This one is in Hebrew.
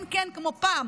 כן, כן, כמו פעם.